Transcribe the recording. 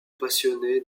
passionnée